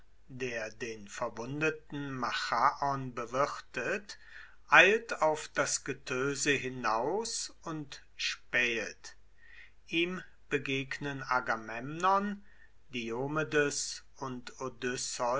der den verwundeten machaon bewirtet eilt auf das getöse hinaus und spähet ihm begegnen agamemnon diomedes und